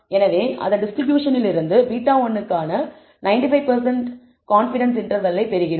எனவே அதன் டிஸ்ட்ரிபியூஷனிலிருந்து β1 க்கான 95 சதவீத கான்ஃபிடன்ஸ் இன்டர்வல்லை பெறுகிறோம்